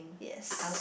yes